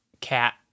cat